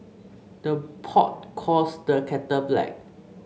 the pot calls the kettle black